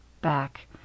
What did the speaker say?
back